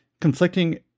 conflicting